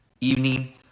evening